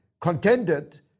contended